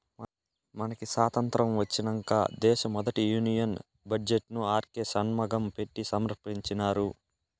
మనకి సాతంత్రం ఒచ్చినంక దేశ మొదటి యూనియన్ బడ్జెట్ ను ఆర్కే షన్మగం పెట్టి సమర్పించినారు